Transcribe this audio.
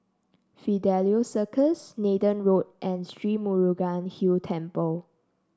Fidelio Circus Nathan Road and Sri Murugan Hill Temple